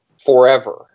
forever